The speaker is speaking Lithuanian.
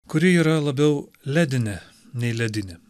kuri yra labiau ledinė nei ledinė